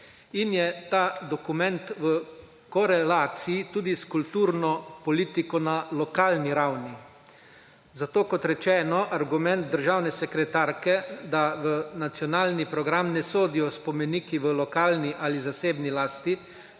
in je ta dokument v korelaciji tudi s kulturno politiko na lokalni ravni. Zato, kot rečeno, argument državne sekretarke, da v Nacionalni program ne sodijo spomeniki v lokalni ali zasebni lasti,